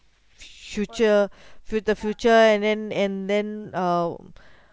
future fu~ the future and then and then um